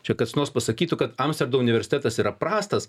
čia kas nors pasakytų kad amsterdamo universitetas yra prastas